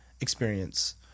experience